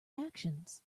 actions